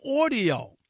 audio